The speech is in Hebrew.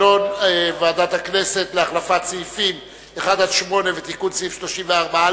ועדת הכנסת להחלפת סעיפים 1 8 ולתיקון סעיף 34א